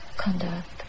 conduct